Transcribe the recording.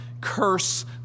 curse